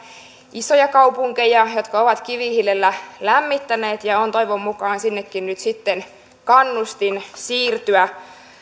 isoja kaupunkeja jotka ovat kivihiilellä lämmittäneet ja on toivon mukaan sinnekin nyt sitten kannustin siirtyä